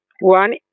One